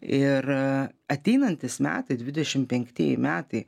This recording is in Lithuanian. ir ateinantys metai dvidešimt penktieji metai